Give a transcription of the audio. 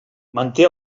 manté